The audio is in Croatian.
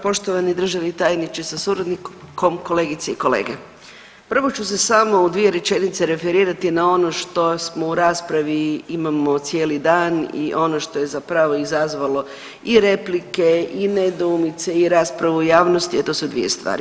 Poštovani državni tajniče sa suradnikom, kolegice i kolege, prvo ću se samo u dvije rečenice referirati na ono što smo u raspravi imamo cijeli dan i ono što je zapravo izazvalo i replike i nedoumice i raspravu u javnosti, a to su dvije stvari.